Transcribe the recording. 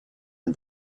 and